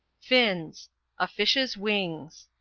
fins a fish's wings.